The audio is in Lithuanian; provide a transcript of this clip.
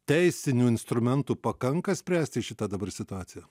teisinių instrumentų pakanka spręsti šitą dabar situaciją